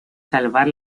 salvar